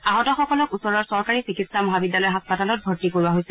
আহতসকলক ওচৰৰ চৰকাৰী চিকিৎসা মহাবিদ্যালয় হাস্পতালত ভৰ্তি কৰোৱা হৈছে